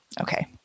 Okay